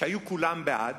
שהיו כולם בעד,